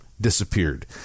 disappeared